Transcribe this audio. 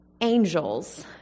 angels